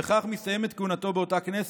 בכך מסתיימת כהונתו באותה כנסת.